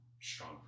strong